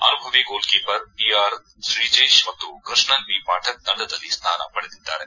ಅನುಭವಿ goalkeeper P R Sreejesh ಮತ್ತು Krishnan B Pathak ತಂಡದಲ್ಲಿ ಸ್ಥಾನ ಪಡೆದಿದ್ದಾರೆ